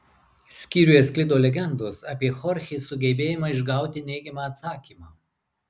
skyriuje sklido legendos apie chorchės sugebėjimą išgauti neigiamą atsakymą